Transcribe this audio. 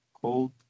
cold